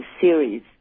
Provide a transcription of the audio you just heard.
series